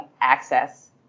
access